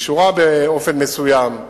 שקשורה באופן מסוים,